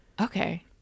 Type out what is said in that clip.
Okay